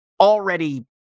already